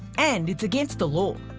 and it's against the law.